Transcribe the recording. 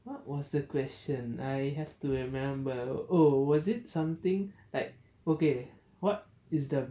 what was the question I have to remember oh was it something like okay what is the